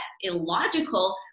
illogical